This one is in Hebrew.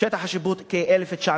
שטח השיפוט כ-1,900.